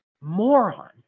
moron